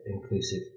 inclusive